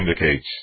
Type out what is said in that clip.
indicates